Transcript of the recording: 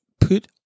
put